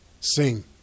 sing